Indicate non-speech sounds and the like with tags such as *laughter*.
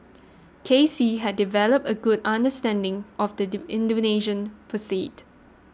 K C had developed a good understanding of the *unintelligible* Indonesian *unintelligible*